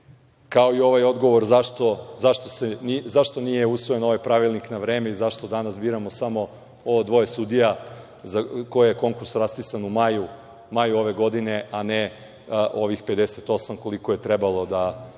kao i ovaj odgovor zašto nije usvojen ovaj pravilnik na vreme i zašto danas biramo samo ovo dvoje sudija za koje je konkurs raspisan u maju ove godine, a ne ovih 58 koliko je trebalo da